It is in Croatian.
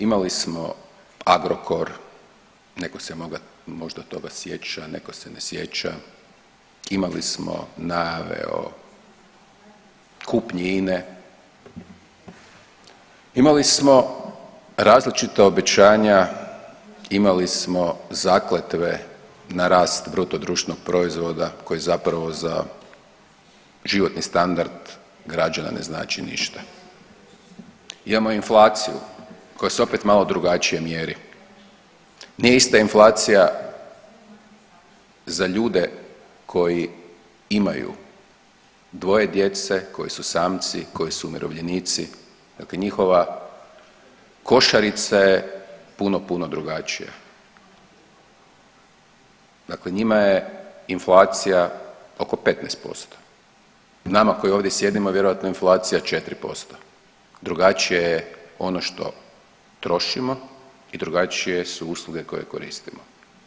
Imali smo Agrokor, neko se možda toga sjeća, neko se ne sjeća, imali smo … [[Govornik se ne razumije]] kupnji INA-e, imali smo različita obećanja, imali smo zakletve na rast BDP-a koji zapravo za životni standard građana ne znači ništa, imamo inflaciju koja se opet malo drugačije mjeri, nije ista inflacija za ljude koji imaju dvoje djece, koji su samci, koji su umirovljenici, dakle njihova košarica je puno puno drugačija, dakle njima je inflacija oko 15%, nama koji ovdje sjedimo je vjerojatno inflacija 4%, drugačije je ono što trošimo i drugačije su usluge koje koristimo.